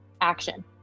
action